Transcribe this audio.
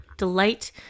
delight